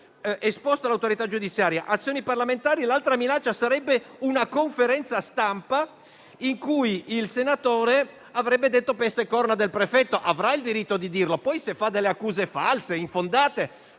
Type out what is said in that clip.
l'altra minaccia sarebbe costituita da una conferenza stampa in cui il senatore avrebbe detto peste e corna del prefetto. Avrà il diritto di dirlo, poi se fa delle accuse false o infondate,